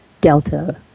delta